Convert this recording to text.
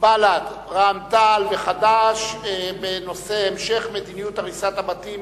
בל"ד רע"ם-תע"ל וחד"ש בנושא: מדיניות הריסת הבתים